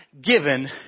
given